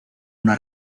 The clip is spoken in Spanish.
una